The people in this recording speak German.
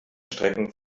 strecken